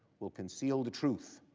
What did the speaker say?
will conceal the truth.